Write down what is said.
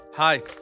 Hi